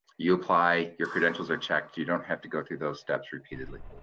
you apply, your credentials are checked you don't have to go through those steps repeatedly.